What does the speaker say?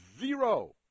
Zero